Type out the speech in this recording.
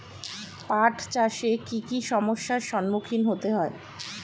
পাঠ চাষে কী কী সমস্যার সম্মুখীন হতে হয়?